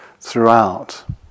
throughout